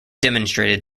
demonstrated